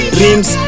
Dreams